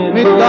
Meet